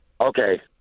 okay